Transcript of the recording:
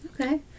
Okay